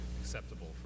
acceptable